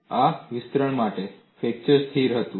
આ વિસ્તરણ માટે ફ્રેક્ચર સ્થિર હતું